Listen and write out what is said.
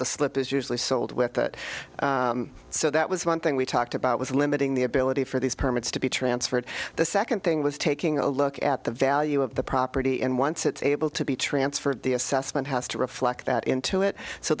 the slip is usually sold with it so that was one thing we talked about was limiting the ability for these permits to be transferred the second thing was taking a look at the value of the property and once it's able to be transferred the assessment has to reflect that into it so